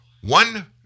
One